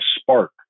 spark